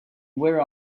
were